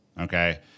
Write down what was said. Okay